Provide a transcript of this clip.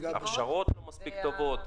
ההכשרות לא מספיק טובות.